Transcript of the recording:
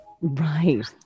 right